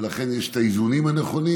ולכן יש את האיזונים הנכונים.